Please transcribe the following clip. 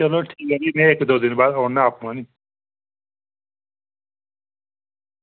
ते चलो ठीक ऐ इक्क दो दिन बाद औन्ना आपूं